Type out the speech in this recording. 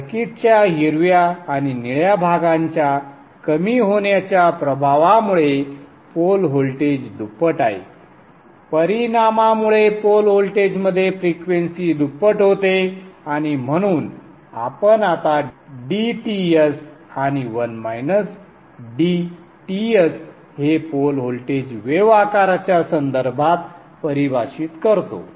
सर्किट्सच्या हिरव्या आणि निळ्या भागांच्या कमी होण्याच्या प्रभावामुळे पोल व्होल्टेज दुप्पट आहे परिणामामुळे पोल व्होल्टेजमध्ये फ्रिक्वेंसी दुप्पट होते आणि म्हणून आपण आता dTs आणि 1 - dTs हे पोल व्होल्टेज वेव आकाराच्या संदर्भात परिभाषित करतो